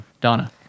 Donna